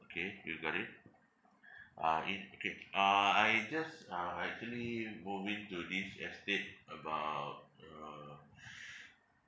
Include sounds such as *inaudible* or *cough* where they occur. okay you got it uh it okay uh I just uh actually moved in to this estate about uh uh *breath*